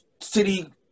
city